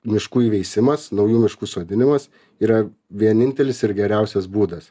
miškų įveisimas naujų miškų sodinimas yra vienintelis ir geriausias būdas